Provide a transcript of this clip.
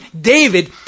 David